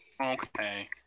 Okay